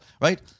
right